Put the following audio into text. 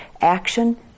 action